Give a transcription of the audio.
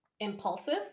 impulsive